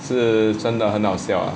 是真的很好笑啊